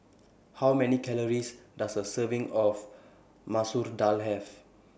How Many Calories Does A Serving of Masoor Dal Have